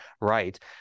right